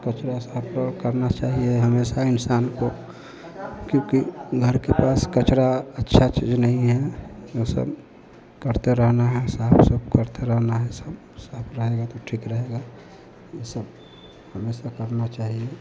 कचरा साफ करना चाहिए हमेशा इंसान को क्योंकि घर के पास कचरा अच्छी चीज़ नहीं है वह सब करते रहना है साफ सब करते रहना है सब साफ रहेगा तो ठीक रहेगा यह सब हमेशा करना चाहिए